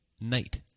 night